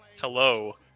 Hello